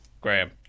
Graham